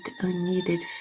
unneeded